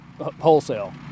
wholesale